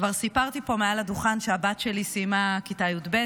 כבר סיפרתי פה מעל הדוכן שהבת שלי סיימה כיתה י"ב,